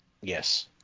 Yes